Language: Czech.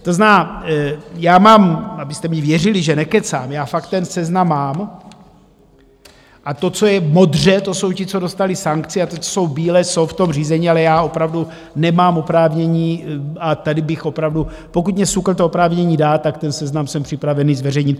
To znamená, já mám abyste mně věřili, že nekecám já fakt ten seznam mám... a to, co je modře, to jsou ti, co dostali sankci, a ti, co jsou bíle, jsou v tom řízení, ale já opravdu nemám oprávnění a tady bych opravdu... pokud mně SÚKL to oprávnění dá, tak ten seznam jsem připravený zveřejnit.